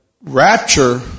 rapture